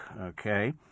Okay